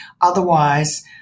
otherwise